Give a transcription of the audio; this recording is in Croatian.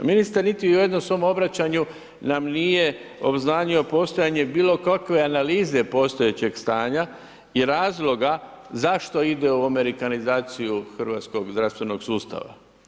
Ministar niti u jednom svom obraćanju nam nije obznanio postojanje bilo kakve analize postojećeg stanja i razloga zašto ide u amerikanizaciju hrvatskog zdravstvenog sustava.